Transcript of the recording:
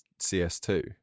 CS2